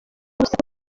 urusaku